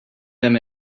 them